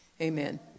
Amen